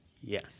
Yes